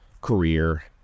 career